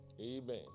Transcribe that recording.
Amen